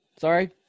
Sorry